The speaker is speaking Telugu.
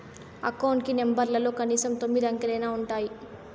అకౌంట్ కి నెంబర్లలో కనీసం తొమ్మిది అంకెలైనా ఉంటాయి